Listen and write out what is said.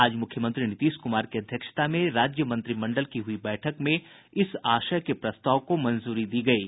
आज मुख्यमंत्री नीतीश कुमार की अध्यक्षता में राज्य मंत्रिमंडल की हुई बैठक में इस आशय के प्रस्ताव को मंजूरी दी गयी